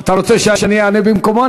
אתה רוצה שאני אענה במקומו?